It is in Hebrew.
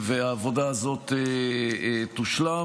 שהעבודה הזאת תושלם.